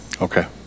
Okay